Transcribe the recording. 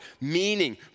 meaning